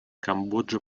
камбоджа